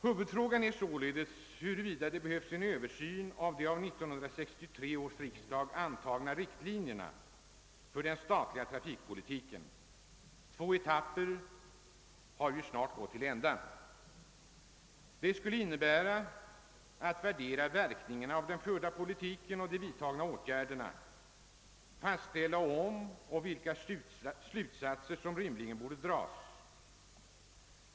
Huvudfrågan är således huruvida det behövs en översyn av de av 1963 års riksdag antagna riktlinjerna för den statliga trafikpolitiken; två etapper har ju snart gått till ända. Detta skulle innebära en värdering av verkningarna av den förda politiken och de vidtagna åtgärderna och ett fastställande av vilka slutsatser som rimligen borde dras.